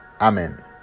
amen